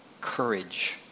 Courage